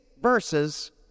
verses